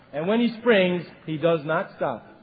and when he springs, he does not stop!